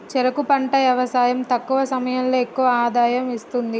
చెరుకు పంట యవసాయం తక్కువ సమయంలో ఎక్కువ ఆదాయం ఇస్తుంది